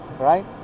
Right